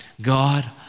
God